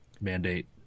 mandate